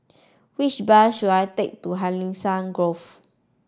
which bus should I take to Hacienda Grove